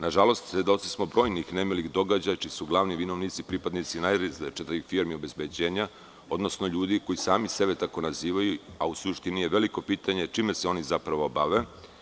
Nažalost, svedoci smo brojnih nemilih događaja čiji su glavni vinovnici pripadnici najrazličitijih firmi obezbeđenja, odnosno ljudi koji sami sebe tako nazivaju, a u suštini je veliko pitanje čime se oni zapravo bave.